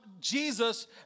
Jesus